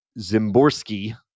Zimborski